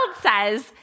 says